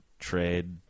trade